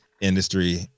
industry